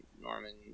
Norman